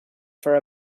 for